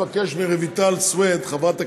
אני מבקש מרויטל סויד, חברת הכנסת,